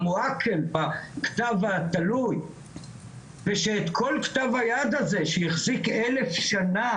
בכתב התלוי ושאת כל כתב היד הזה שהחזיק אלף שנה,